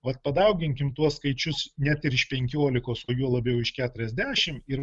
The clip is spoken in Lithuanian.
vat padauginkim tuos skaičius net ir iš penkiolikos o juo labiau iš keturiasdešim ir